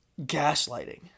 gaslighting